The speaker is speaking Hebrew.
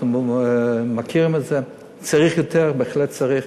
אנחנו מכירים את זה וצריך לתת יותר,